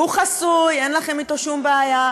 הוא חסוי, אין לכם אתו שום בעיה.